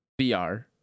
VR